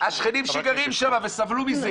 השכנים שגרים שם וסבלו מזה.